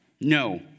No